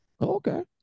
Okay